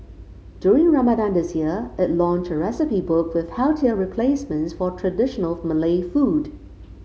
during Ramadan this year it launched a recipe book with healthier replacements for traditional Malay food